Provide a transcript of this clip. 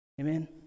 Amen